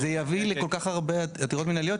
זה יביא לכל כך הרבה עתירות מנהליות,